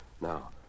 Now